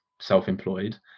self-employed